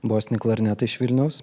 bosinį klarnetą iš vilniaus